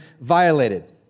violated